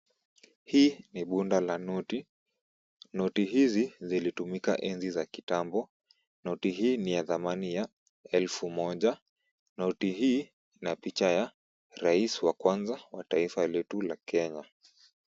Hii ni bunda la noti, noti hizi zilitumika enzi za kitambo. Noti hii ni ya thamani ya elfu moja, noti hii ina picha ya rais wa kwanza wa taifa letu la Kenya.